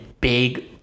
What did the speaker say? big